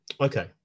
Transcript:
Okay